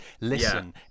Listen